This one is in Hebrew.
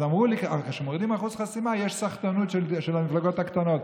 אז אמרו לי שכשמורידים אחוז חסימה יש סחטנות של המפלגות הקטנות.